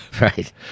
Right